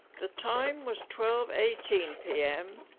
the time was twelve eighteen p m.